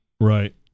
Right